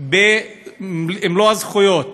במלוא הזכויות.